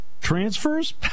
Transfers